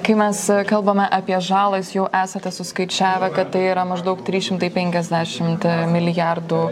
kai mes kalbame apie žalas jau esate suskaičiavę kad tai yra maždaug trys šimtai penkiasdešimt milijardų